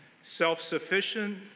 self-sufficient